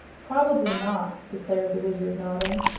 probably not, declared the wizard, nodding.